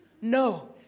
No